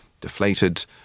deflated